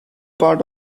part